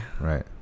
Right